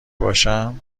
باشم